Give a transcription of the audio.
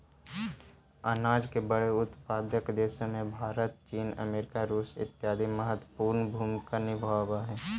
अनाज के बड़े उत्पादक देशों में भारत चीन अमेरिका रूस इत्यादि महत्वपूर्ण भूमिका निभावअ हई